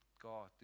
God